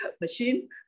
machine